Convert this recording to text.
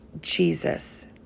Jesus